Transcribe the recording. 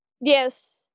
Yes